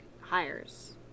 hires